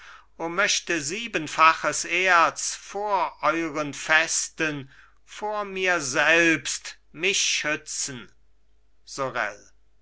o möchte siebenfaches erz vor euren festen vor mir selbst mich schützen sorel